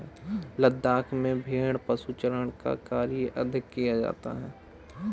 लद्दाख में भेड़ पशुचारण का कार्य अधिक किया जाता है